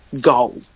goal